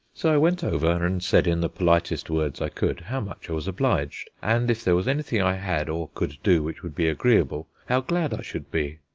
so i went over and said in the politest words i could how much i was obliged, and if there was anything i had or could do which would be agreeable, how glad i should be.